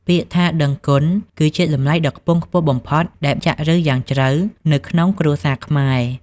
ពាក្យថា "ដឹងគុណ" គឺជាតម្លៃដ៏ខ្ពង់ខ្ពស់បំផុតដែលចាក់ឫសយ៉ាងជ្រៅនៅក្នុងគ្រួសារខ្មែរ។